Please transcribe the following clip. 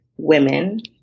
women